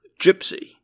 gypsy